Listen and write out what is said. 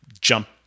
jump